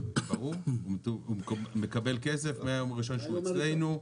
ברור הוא מקבל כסף מהיום הראשון שהוא אצלנו.